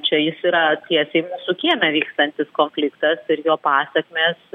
čia jis yra tiesiai mūsų kieme vykstantis konfliktas ir jo pasekmės